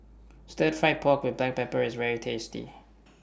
Stir Fried Pork with Black Pepper IS very tasty